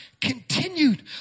continued